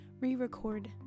re-record